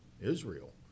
Israel